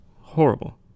Horrible